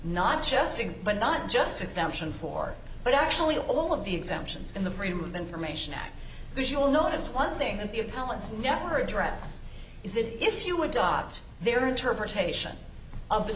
not just but not just exemption for but actually all of the exemptions in the freedom of information act which will notice one thing that the appellant's never address is it if you adopt their interpretation of the